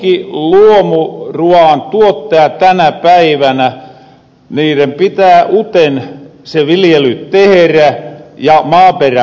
monenkin luomuruoan tuottajan tänä päivänä pitää uten se viljely tehrä ja maaperä puhristaa